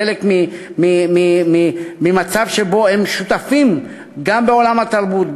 חלק ממצב שבו הם שותפים גם בעולם התרבות,